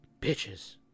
Bitches